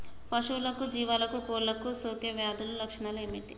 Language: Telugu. పశువులకు జీవాలకు కోళ్ళకు సోకే వ్యాధుల లక్షణాలు ఏమిటి?